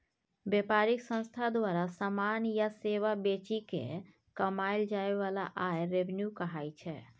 बेपारिक संस्था द्वारा समान या सेबा बेचि केँ कमाएल जाइ बला आय रेवेन्यू कहाइ छै